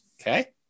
Okay